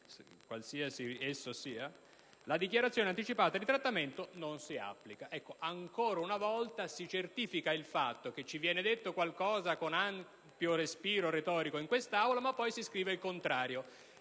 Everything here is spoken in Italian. qualsiasi esso sia - «la dichiarazione anticipata di trattamento non si applica». Ancora una volta, si certifica il fatto che ci viene detto qualcosa con ampio respiro retorico in quest'Aula, ma poi si scrive il contrario,